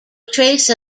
trace